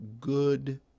good